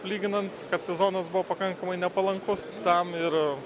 lyginant kad sezonas buvo pakankamai nepalankus tam ir